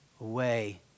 away